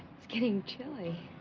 it's getting chilly